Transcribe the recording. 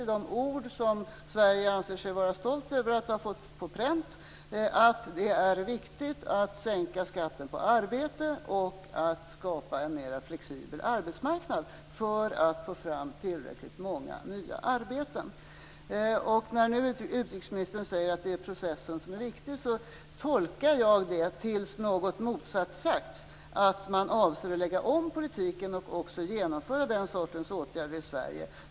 I dessa ord, som Sverige nu anser sig stolt över att ha fått på pränt, står det mycket tydligt att det är viktigt att sänka skatten på arbete och att skapa en mer flexibel arbetsmarknad för att få fram tillräckligt många nya arbeten. När nu utrikesministern säger att det är processen som är viktig tolkar jag det, tills något motsatt sagts, som att man avser att lägga om politiken och också genomföra den sortens åtgärder i Sverige.